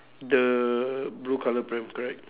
the blue colour pram correct